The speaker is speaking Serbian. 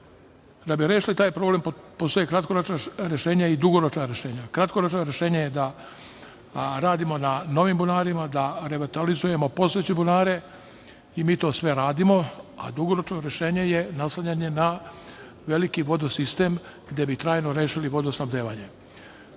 bi rešili taj problem postoji kratkoročna i dugoročna rešenja. Kratkoročno rešenje je da radimo na novim bunarima, da revitalizujemo postojeće bunare i mi to sve radimo, a dugoročno rešenje je naslanjanje na veliki vodosistem, gde bi trajno rešili vodosnabdevanje.U